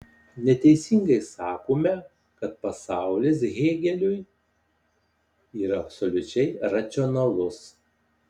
neteisingai sakome kad pasaulis hėgeliui yra absoliučiai racionalus